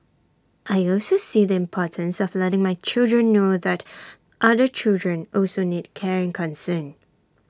I also see the importance of letting my children know that other children also need care and concern